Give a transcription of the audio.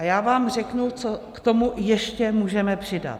A já vám řeknu, co k tomu ještě můžeme přidat.